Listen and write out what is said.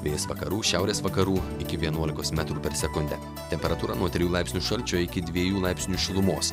vėjas vakarų šiaurės vakarų iki vienuolikos metrų per sekundę temperatūra nuo trijų laipsnių šalčio iki dviejų laipsnių šilumos